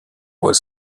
was